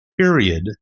period